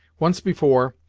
once before,